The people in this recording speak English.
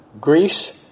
Greece